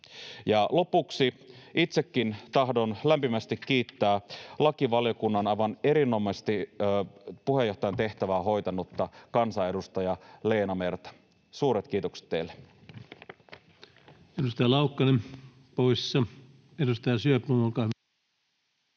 Lopuksi itsekin tahdon lämpimästi kiittää aivan erinomaisesti lakivaliokunnan puheenjohtajan tehtävää hoitanutta kansanedustaja Leena Merta — suuret kiitokset teille.